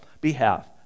behalf